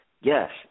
Yes